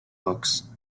books